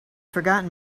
forgotten